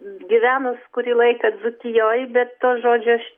gyvenus kurį laiką dzūkijoj bet to žodžio aš